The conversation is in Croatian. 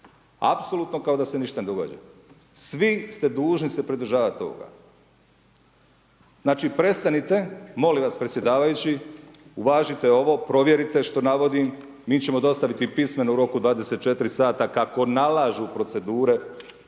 Apsolutno kao da se ništa ne događa. Svi ste dužni se pridržavati toga. Znači prestanite, molim vas predsjedavajući uvažiti ovo, provjerite što navodim, mi ćemo dostaviti pismeno u roku 24 sata kako nalažu procedure,